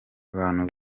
abantu